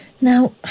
Now